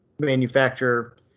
manufacture